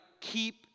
keep